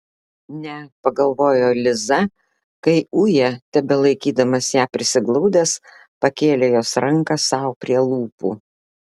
ne pagalvojo liza kai uja tebelaikydamas ją prisiglaudęs pakėlė jos ranką sau prie lūpų